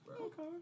okay